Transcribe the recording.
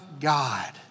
God